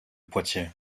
poitiers